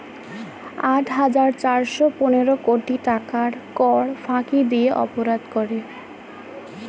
আট হাজার চারশ পনেরো কোটি টাকার কর ফাঁকি দিয়ে অপরাধ করে